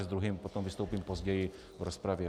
S druhým potom vystoupím později v rozpravě.